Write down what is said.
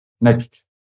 Next